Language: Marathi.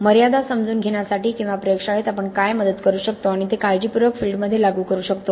मर्यादा समजून घेण्यासाठी किंवा प्रयोगशाळेत आपण काय मदत करू शकतो आणि ते काळजीपूर्वक फील्डमध्ये लागू करू शकतो